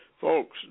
folks